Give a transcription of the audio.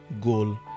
goal